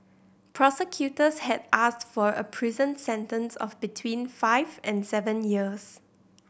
prosecutors had asked for a prison sentence of between five and seven years